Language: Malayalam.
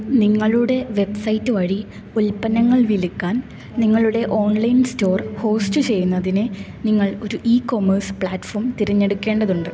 നിങ്ങളുടെ വെബ്സൈറ്റ് വഴി ഉൽപ്പന്നങ്ങൾ വിൽക്കാൻ നിങ്ങളുടെ ഓൺലൈൻ സ്റ്റോർ ഹോസ്റ്റു ചെയ്യുന്നതിന് നിങ്ങൾ ഒരു ഇ കൊമേഴ്സ് പ്ലാറ്റ്ഫോം തിരഞ്ഞെടുക്കേണ്ടതുണ്ട്